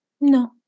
No